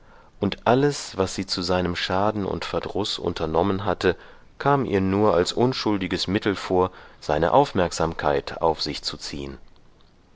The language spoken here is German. und alles was sie zu seinem schaden und verdruß unternommen hatte kam ihr nur als unschuldiges mittel vor seine aufmerksamkeit auf sich zu ziehen